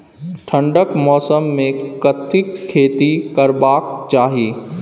ठंडाक मौसम मे कथिक खेती करबाक चाही?